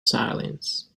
silence